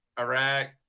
iraq